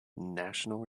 national